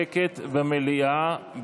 שקט במליאה.